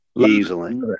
Easily